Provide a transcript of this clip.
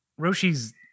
Roshi's